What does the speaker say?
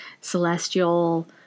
celestial